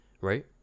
Right